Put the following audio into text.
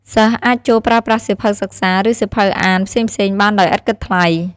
សិស្សអាចចូលប្រើប្រាស់សៀវភៅសិក្សា ឬសៀវភៅអានផ្សេងៗបានដោយឥតគិតថ្លៃ។